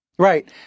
Right